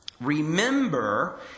remember